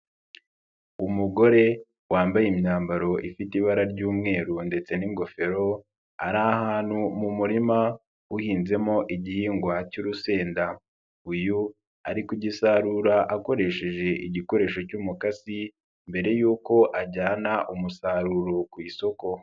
Umugore wambaye imyambaro ifite ibara ry'umweru ndetse n'ingofero, ari ahantu mu murima uhinzemo igihingwa cy'urusenda, uyu ari kugisarura akoresheje igikoresho cy'umukasi mbere yuko ajyana umusaruro ku isoko.